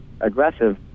aggressive